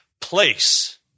place